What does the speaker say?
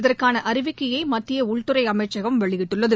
இதற்கான அறிவிக்கையை மத்திய உள்துறை அமைச்சகம் வெள்ளியிட்டுள்ளது